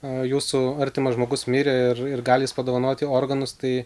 a jūsų artimas žmogus mirė ir ir gali jis padovanoti organus tai